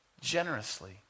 generously